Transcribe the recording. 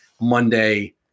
Monday